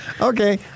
Okay